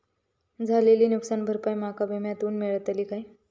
झालेली नुकसान भरपाई माका विम्यातून मेळतली काय?